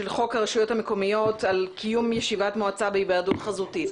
חוק הרשויות המקומיות על קיום ישיבת מועצה בהיוועדות חזותית.